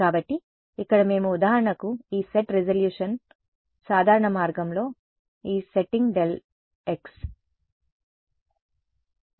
కాబట్టి ఇక్కడ మేము ఉదాహరణకు ఈ సెట్ రిజల్యూషన్ కాబట్టి సాధారణ మార్గంలో ఈ సెట్టింగ్ Δx